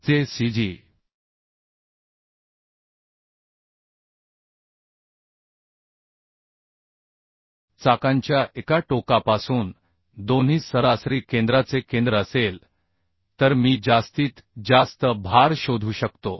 चे cg चाकांच्या एका टोकापासून दोन्ही सरासरी केंद्राचे केंद्र असेल तर मी जास्तीत जास्त भार शोधू शकतो